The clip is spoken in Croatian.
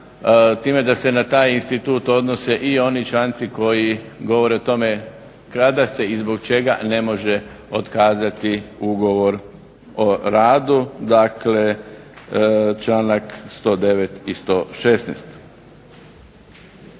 time da se na taj institut odnose i oni članci koji govore o tome kada se i zbog čega ne može otkazati ugovor o radu, dakle članak 109. i 116.